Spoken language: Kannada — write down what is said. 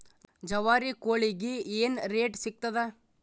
ಜವಾರಿ ಕೋಳಿಗಿ ಏನ್ ರೇಟ್ ಸಿಗ್ತದ?